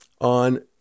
on